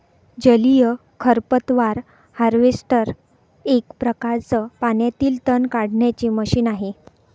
जलीय खरपतवार हार्वेस्टर एक प्रकारच पाण्यातील तण काढण्याचे मशीन आहे